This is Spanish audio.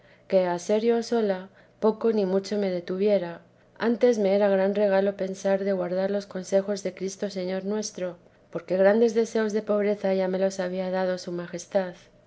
que a ser yo sola poco ni mucho me detuviera antes me era gran regalo pensar de guardar los consejos de cristo señor nuestro porque grandes deseos de pobreza ya me los había dado su majestad